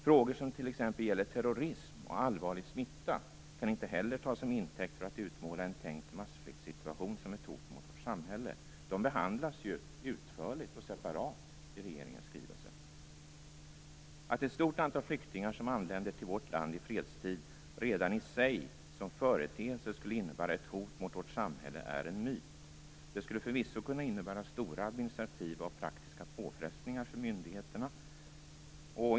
Frågor som t.ex. gäller terrorism och allvarlig smitta kan inte heller tas om intäkt för att utmåla en tänkt massflyktssituation som ett hot mot vårt samhälle. De behandlas ju utförligt och separat i regeringens skrivelse. Att ett stort antal flyktingar som anländer till vårt land i fredstid redan i sig som företeelse skulle innebära ett hot mot vårt samhälle är en myt. Det skulle förvisso kunna innebära stora administrativa och praktiska påfrestningar för myndigheterna.